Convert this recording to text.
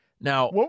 Now